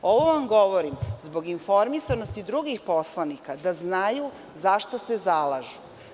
Ovo vam govorim zbog informisanosti drugih poslanika da znaju za šta se zalažu.